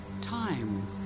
Time